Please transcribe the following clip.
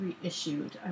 reissued